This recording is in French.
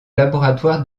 laboratoire